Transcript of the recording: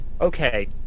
Okay